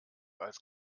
als